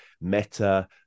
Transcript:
meta